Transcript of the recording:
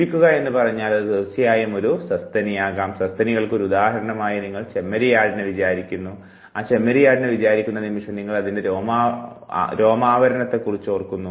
ജീവിക്കുക എന്ന് പറഞ്ഞാൽ അത് തീർച്ചയായും ഒരു സസ്തനിയാകും സസ്തനികൾക്ക് ഒരു ഉദാഹരണമായി നിങ്ങൾ ചെമ്മരിയാടിനെ വിചാരിക്കുന്നു ആ ചെമ്മരിയാടിനെ വിചാരിക്കുന്ന നിമിഷം നിങ്ങൾ അതിൻറെ രോമാവരണത്തെക്കുറിച്ച് ഓർക്കുന്നു